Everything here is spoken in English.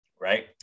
Right